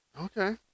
Okay